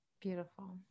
beautiful